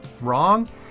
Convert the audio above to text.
wrong